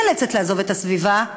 היא נאלצת לעזוב את הסביבה,